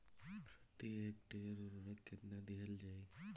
प्रति हेक्टेयर उर्वरक केतना दिहल जाई?